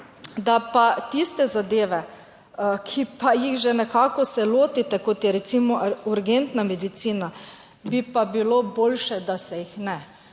da pa tiste zadeve, ki pa jih že nekako se lotite, kot je recimo urgentna medicina, bi pa bilo boljše, da se jih ne.